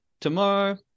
tomorrow